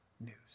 news